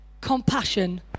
compassion